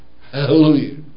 hallelujah